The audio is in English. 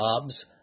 jobs